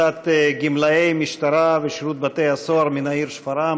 קבוצת גמלאי המשטרה ושירות בתי הסוהר מן העיר שפרעם.